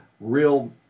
real